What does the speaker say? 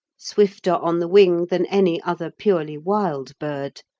swifter on the wing than any other purely wild bird,